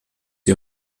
die